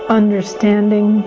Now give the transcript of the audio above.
understanding